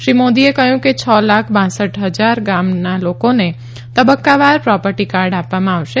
શ્રી મોદીએ કહયું કે છ લાખ કર ફજાર ગામના લોકોને તબકકાવાર પ્રોપર્ટીકાર્ડ આપવામાં આવશે